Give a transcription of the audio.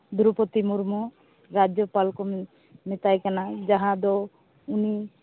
ᱫᱨᱳᱯᱚᱫᱤ ᱢᱩᱨᱢᱩ ᱨᱟᱡᱡᱚᱯᱟᱞ ᱠᱚ ᱢᱮᱛᱟᱭ ᱠᱟᱱᱟ ᱡᱟᱦᱟᱸ ᱫᱚ ᱩᱱᱤ